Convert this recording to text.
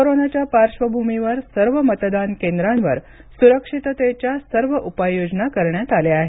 कोरोनाच्या पार्श्वभूमीवर सर्व मतदान केंद्रांवर सुरक्षिततेच्या सर्व उपाय योजना करण्यात आल्या आहेत